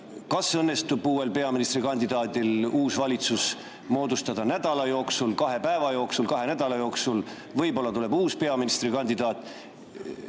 ja me ei tea, kas peaministrikandidaadil õnnestub uus valitsus moodustada nädala jooksul, kahe päeva jooksul või kahe nädala jooksul. Võib-olla tuleb uus peaministrikandidaat.